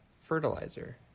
fertilizer